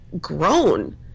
grown